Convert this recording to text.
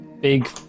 big